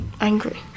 angry